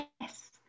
Yes